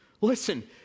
Listen